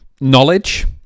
knowledge